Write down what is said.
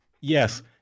Yes